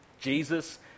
Jesus